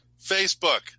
Facebook